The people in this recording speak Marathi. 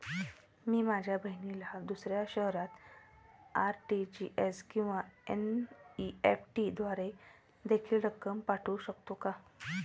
मी माझ्या बहिणीला दुसऱ्या शहरात आर.टी.जी.एस किंवा एन.इ.एफ.टी द्वारे देखील रक्कम पाठवू शकतो का?